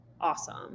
awesome